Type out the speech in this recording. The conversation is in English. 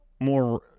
More